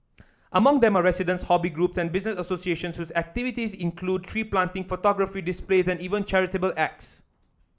among them are residents hobby group and business associations activities include tree planting photography display even charitable acts